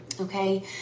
Okay